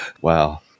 Wow